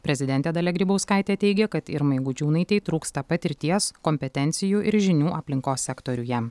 prezidentė dalia grybauskaitė teigia kad irmai gudžiūnaitei trūksta patirties kompetencijų ir žinių aplinkos sektoriuje